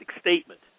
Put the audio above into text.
statement